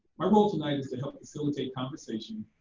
my role tonight is to help facilitate conversation,